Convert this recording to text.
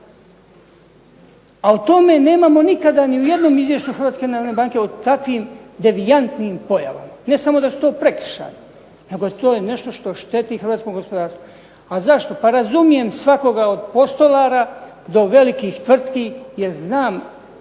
A o tome nemamo nikada ni u jednom izvješću Hrvatske narodne banke, o takvim devijantnim pojavama. Ne samo da su to prekršaji, nego to je nešto što šteti hrvatskom gospodarstvu. A zašto? Pa razumijem svakoga od postolara do velikih tvrtki jer znam,